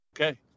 Okay